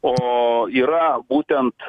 o yra būtent